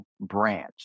branch